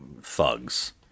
thugs